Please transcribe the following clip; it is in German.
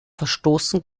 verstoßen